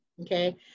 okay